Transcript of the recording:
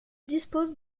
dispose